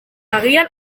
agian